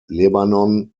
lebanon